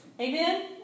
Amen